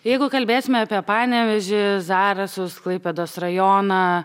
jeigu kalbėsime apie panevėžį zarasus klaipėdos rajoną